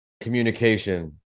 communication